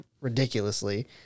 ridiculously